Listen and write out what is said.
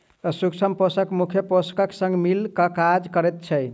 सूक्ष्म पोषक मुख्य पोषकक संग मिल क काज करैत छै